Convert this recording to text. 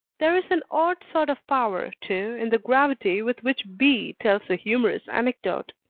there is an odd sort of power, too, in the gravity with which b. tells a humorous anecdote.